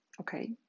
Okay